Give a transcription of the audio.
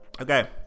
Okay